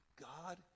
God